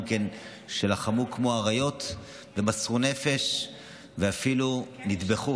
שלחמו כמו אריות ומסרו נפש וחלקם אפילו נטבחו,